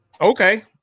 Okay